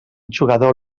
jugador